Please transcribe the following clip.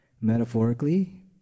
Metaphorically